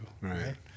Right